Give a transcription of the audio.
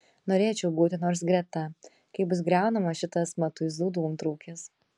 norėčiau būti nors greta kai bus griaunamas šitas matuizų dūmtraukis